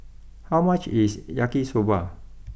how much is Yaki Soba